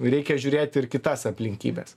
reikia žiūrėti ir kitas aplinkybes